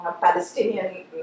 Palestinian